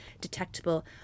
detectable